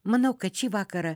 manau kad šį vakarą